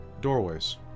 doorways